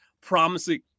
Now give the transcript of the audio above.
promising